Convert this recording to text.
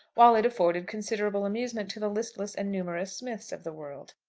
while it afforded considerable amusement to the listless and numerous smiths of the world.